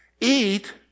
Eat